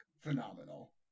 phenomenal